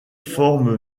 forme